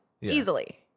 easily